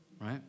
Right